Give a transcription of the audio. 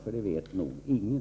Det vet nog ingen.